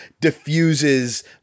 diffuses